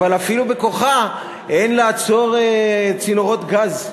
אבל אפילו בכוחה אין לעצור צינורות גז,